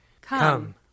Come